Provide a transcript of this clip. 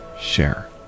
Share